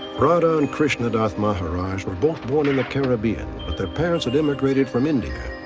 radha and krishnadath maharaj were both born in the caribbean, but their parents and immigrated from india.